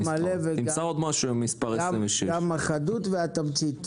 על החדות והתמצית.